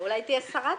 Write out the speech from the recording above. אין פתרון.